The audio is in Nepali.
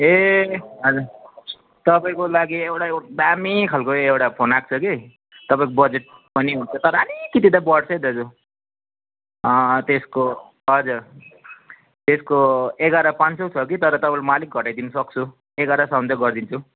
ए हजुर तपाईँको लागि एउटा दामी खाल्को एउटा फोन आएको कि तपाईँको बजेट पनि हुन्छ तर अलिकति चाहिँ बढ्छै दाजु त्यसको हजुर त्यसको एघार पाँच सौ छ कि तर तपाईँलाई म अलिक घटाइदिनु सक्छु एघारसम्म चाहिँ गरदिन्छु